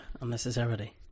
Unnecessarily